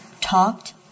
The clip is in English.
talked